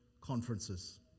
conferences